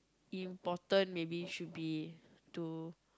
important maybe should be to